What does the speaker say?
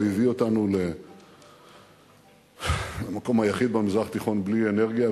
הוא הביא אותנו למקום היחיד במזרח התיכון בלי אנרגיה,